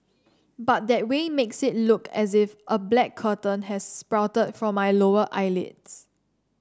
but that way makes it look as if a black curtain has sprouted from my lower eyelids